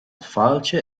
fáilte